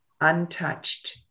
untouched